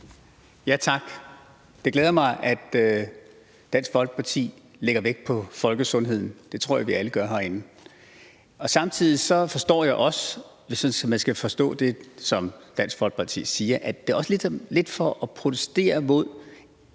Tak. Det glæder mig, at Dansk Folkeparti lægger vægt på folkesundheden – det tror jeg at vi alle gør herinde. Men hvis man skal forstå det, som Dansk Folkeparti siger, forstår jeg samtidig, at det også lidt er for at protestere imod det